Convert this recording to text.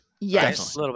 Yes